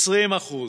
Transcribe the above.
20%,